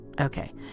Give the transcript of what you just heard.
Okay